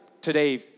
today